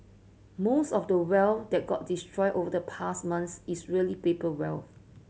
most of the wealth that got destroyed over the past month is really paper wealth